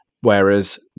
Whereas